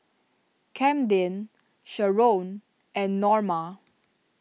Camden Sheron and Norma